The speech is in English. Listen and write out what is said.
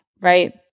right